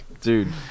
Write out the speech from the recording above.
Dude